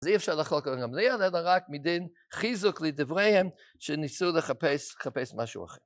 אז אי אפשר לכל כך גם להיעלד, אלא רק מדין חיזוק לדבריהם שניסו לחפש משהו אחר.